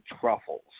truffles